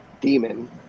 demon